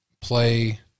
play